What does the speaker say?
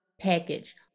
package